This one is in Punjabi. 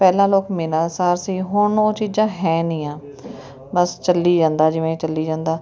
ਪਹਿਲਾਂ ਲੋਕ ਮਿਲਣਸਾਰ ਸੀ ਹੁਣ ਉਹ ਚੀਜ਼ਾਂ ਹੈ ਨਹੀਂ ਆ ਬਸ ਚੱਲੀ ਜਾਂਦਾ ਜਿਵੇਂ ਚਲੀ ਜਾਂਦਾ